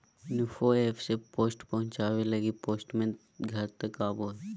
info app से post पहुचावे लगी पोस्टमैन घर तक आवो हय